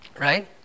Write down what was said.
right